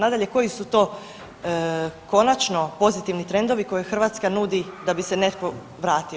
Nadalje, koji su to konačno pozitivni trendovi koje Hrvatska nudi da bi se netko vratio.